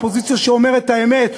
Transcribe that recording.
אופוזיציה שאומרת את האמת,